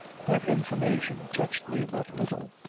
that information touched me but little.